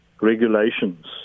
regulations